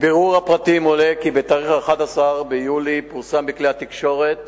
מבירור הפרטים עולה כי בתאריך 11 ביולי פורסם בכלי התקשורת